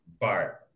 Bart